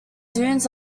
dunes